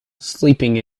sleeping